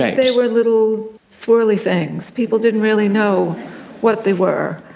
they were little swirly things. people didn't really know what they were,